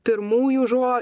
pirmųjų žo